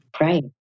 Right